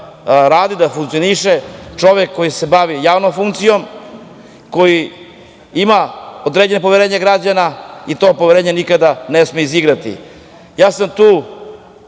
radi i funkcioniše čovek koji se bavi javnom funkcijom, koji ima određeno poverenje građana i to poverenje ne sme nikada izigrati. Ja sam u